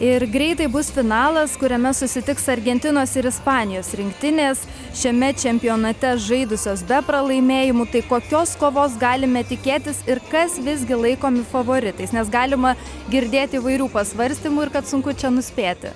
ir greitai bus finalas kuriame susitiks argentinos ir ispanijos rinktinės šiame čempionate žaidusios be pralaimėjimų tai kokios kovos galime tikėtis ir kas visgi laikomi favoritais nes galima girdėti įvairių pasvarstymų ir kad sunku čia nuspėti